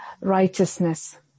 righteousness